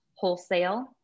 Wholesale